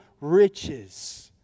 riches